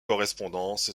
correspondance